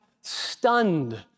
stunned